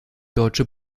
deutsche